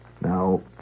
Now